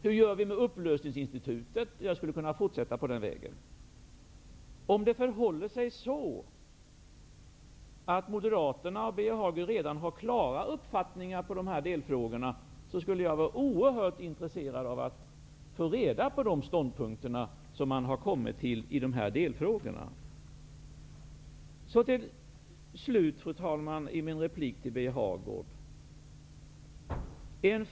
Hur blir det med upplösningsinstitutet? Jag skulle kunna fortsätta på den vägen. Om Birger Hagård och Moderaterna redan har klara uppfattningar i dessa delfrågor, skulle jag vara oerhört intresserad av att få reda på de ståndpunkter de har kommit fram till. Fru talman!